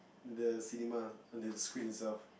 the cinema and there's a screen itself